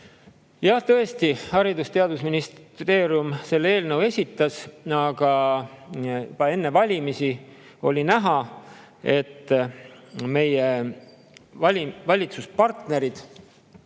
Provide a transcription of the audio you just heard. Ja tõesti, Haridus‑ ja Teadusministeerium selle eelnõu esitas, aga juba enne valimisi oli näha, et meie valitsuspartnerid,